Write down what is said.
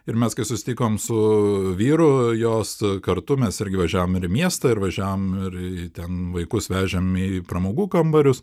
ir mes kai susitikom su vyru jos kartu mes irgi važiavom ir į miestą ir važiavom ir į ten vaikus vežėm į pramogų kambarius